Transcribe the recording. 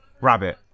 rabbit